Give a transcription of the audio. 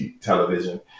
television